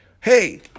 hey